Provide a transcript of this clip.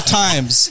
times